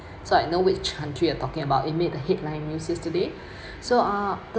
so I know which country you're talking about it made headline news yesterday so uh